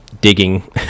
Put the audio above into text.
digging